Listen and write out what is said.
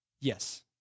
Yes